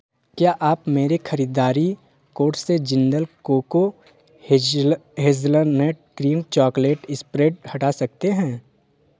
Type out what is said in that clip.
क्या आप मेरे खरीददारी कोर्ट से जिंदल cocoa hazelnut cream chocolate spread हटा सकते हैं